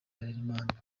harerimana